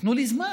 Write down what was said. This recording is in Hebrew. תנו לי זמן.